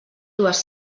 dues